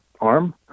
arm